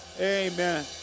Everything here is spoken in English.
Amen